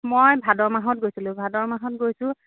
মই ভাদ মাহত গৈছিলোঁ ভাদ মাহত গৈছোঁ